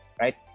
right